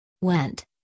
went